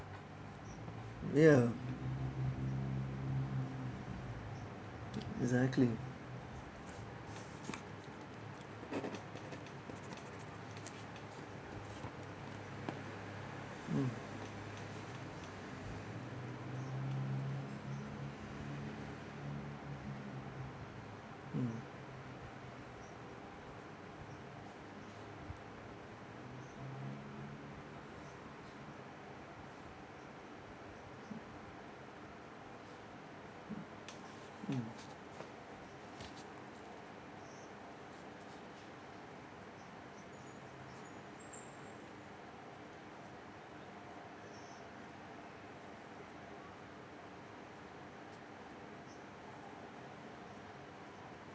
ya exactly mm mm mm